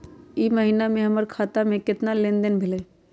ई महीना में हमर खाता से केतना लेनदेन भेलइ?